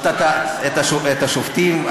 את השופטים.